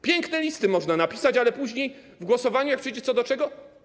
Piękne listy można napisać, ale później w głosowaniu, jak przyjdzie co do czego.